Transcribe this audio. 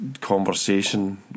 conversation